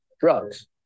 drugs